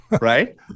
Right